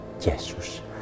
Jesus